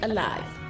Alive